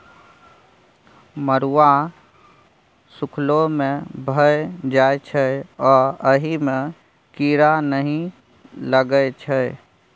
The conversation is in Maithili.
मरुआ सुखलो मे भए जाइ छै आ अहि मे कीरा नहि लगै छै